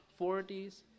40s